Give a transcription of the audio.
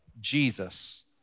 Jesus